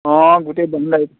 অঁ গোটেই